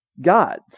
gods